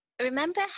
Remember